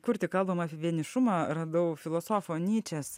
kur tik kalbam apie vienišumą radau filosofo nyčės